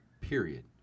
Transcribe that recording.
period